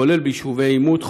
כולל ביישובי עימות,